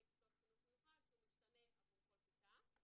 כיתות חינוך מיוחד שהוא משתנה עבור כל כיתה.